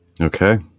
Okay